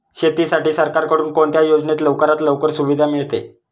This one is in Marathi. शेतीसाठी सरकारकडून कोणत्या योजनेत लवकरात लवकर सुविधा मिळते?